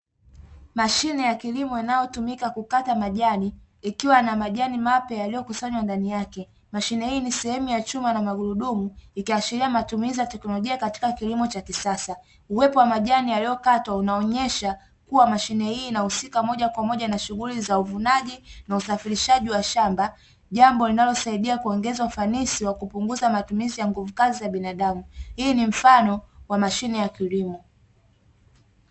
Mashine ya kilimo inayotumika kukata majani ikiwa na majani mapya yaliyokusanywa ndani yake. Mashine hii ni sehemu ya chuma na magurudumu, ikiashiria matumizi ya teknolojia katika kilimo cha kisasa. Uwepo wa majani yaliyokatwa unaonyesha kuwa mashine hii inahusika moja kwa moja na shughuli za uvunaji na usafishaji wa shamba, jambo linaloongeza ufanisi wa kupunguza matumizi ya nguvu kazi ya binadamu. Hii ni mfano wa mashine ya kilimo.